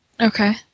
Okay